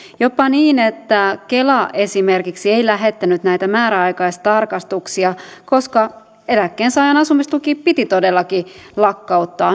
jopa niin että kela esimerkiksi ei lähettänyt näitä määräaikaistarkastuksia koska eläkkeensaajan asumistuki piti todellakin lakkauttaa